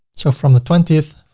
so from the twentieth,